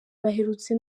baherutse